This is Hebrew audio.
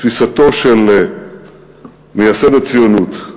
תפיסתו של מייסד הציונות.